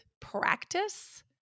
practice